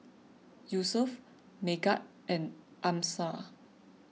Yusuf Megat and Amsyar